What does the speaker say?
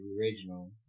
original